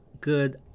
good